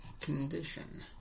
condition